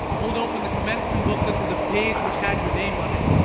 pulled open the commencement booklet to the page which had your name on it,